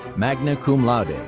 magna cum laude.